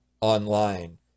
online